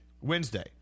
Wednesday